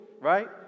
right